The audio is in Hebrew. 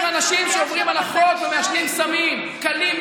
אנשים שעוברים על החוק ומעשנים סמים "קלים",